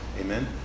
amen